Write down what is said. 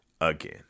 again